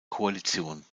koalition